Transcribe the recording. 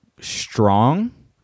strong